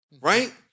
right